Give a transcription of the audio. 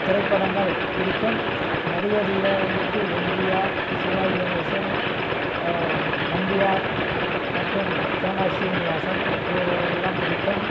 திரைப்படங்கள் பிடிக்கும் நடிகரில் வந்துட்டு எம்ஜிஆர் சிவாஜி கணேசன் நம்பியார் மற்றும் தேங்காய் சீனிவாசன் இவர்கள் எல்லாம் பிடிக்கும்